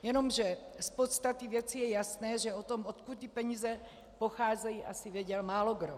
Jenomže z podstaty věci je jasné, že o tom, odkud ty peníze pocházejí, asi věděl málokdo.